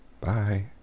Bye